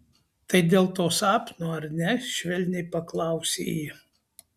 tai dėl to sapno ar ne švelniai paklausė ji